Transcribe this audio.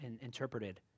interpreted